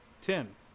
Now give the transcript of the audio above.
Tim